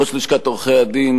ראש לשכת עורכי-הדין,